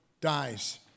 dies